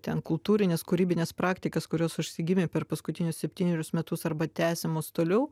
ten kultūrines kūrybines praktikas kurios užsigimė per paskutinius septynerius metus arba tęsiamos toliau